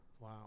wow